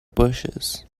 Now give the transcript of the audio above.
bushes